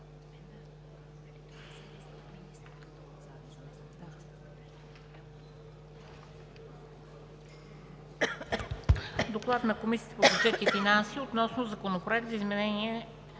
„ДОКЛАД на Комисията по бюджет и финанси относно Законопроект за изменение